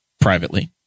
privately